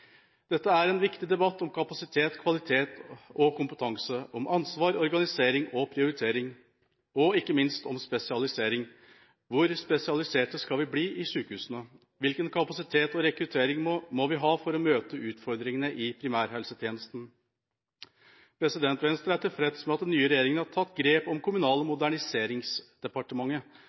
dette bekymringsfullt. Dette er en viktig debatt om kapasitet, kvalitet og kompetanse, om ansvar, organisering og prioritering – og ikke minst om spesialisering. Hvor spesialisert skal man bli i sykehusene? Hvilken kapasitet og rekruttering må vi ha for å møte utfordringene i primærhelsetjenesten? Venstre er tilfreds med at den nye regjeringa har tatt grep om Kommunal- og moderniseringsdepartementet,